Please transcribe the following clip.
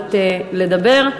לעלות לדבר.